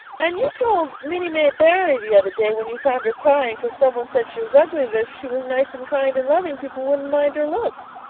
and you told minnie may barry the other day, when you found her crying cause some one said she was ugly, that if she was nice and kind and loving people wouldn't mind her looks,